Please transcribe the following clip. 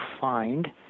find